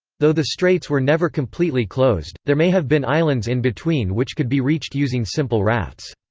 though the straits were never completely closed, there may have been islands in between which could be reached using simple rafts.